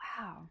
wow